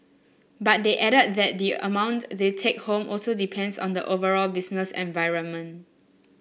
but they added that the amount they take home also depends on the overall business environment